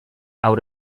out